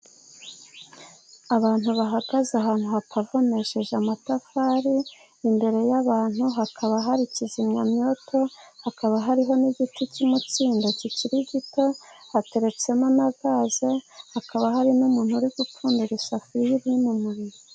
Abantu bahagaze ahantu hapavomesheje amatafari, imbere y'abantu hakaba hari kizimyamyoto, hakaba hariho n'igiti cy'imikindo kikiri gito. Hateretsemo na gaze, hakaba hari n'umuntu uri gupfundira isafuri iri mu muriro.